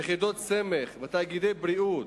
יחידות סמך ותאגידי בריאות,